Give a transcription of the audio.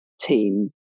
team